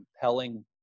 compelling